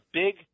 big